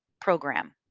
program